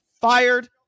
fired